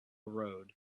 road